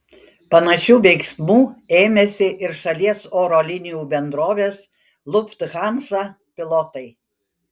panašių veiksmų ėmėsi ir šalies oro linijų bendrovės lufthansa pilotai